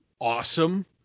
Awesome